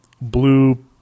Blue